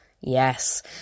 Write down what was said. Yes